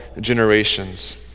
generations